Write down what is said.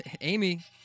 Amy